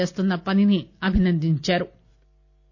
చేస్తున్న పనిని అభినందించారు